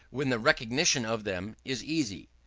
when the recognition of them is easy.